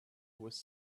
was